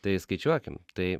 tai skaičiuokim tai